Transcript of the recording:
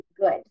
good